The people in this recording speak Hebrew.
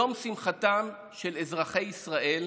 יום שמחתם של אזרחי ישראל